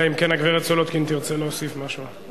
אלא אם כן הגברת סולודקין תרצה להוסיף משהו.